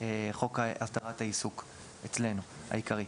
חוק הסדרת העיסוק אצלנו, העיקרי.